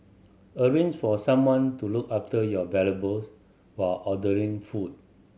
arrange for someone to look after your valuables while ordering food